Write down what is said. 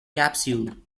capsule